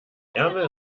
ärmel